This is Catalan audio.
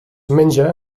menja